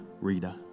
reader